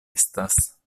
estas